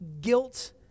guilt